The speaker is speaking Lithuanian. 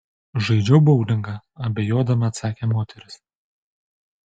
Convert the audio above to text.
žaidžiau boulingą abejodama atsakė moteris